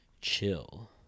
chill